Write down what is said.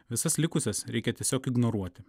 visas likusias reikia tiesiog ignoruoti